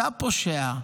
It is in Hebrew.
אתה פושע,